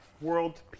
World